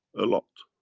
a lot.